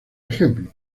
ejemplo